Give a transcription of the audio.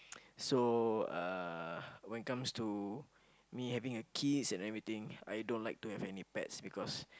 so uh when it comes to me having a kids and everything I don't like to have any pets because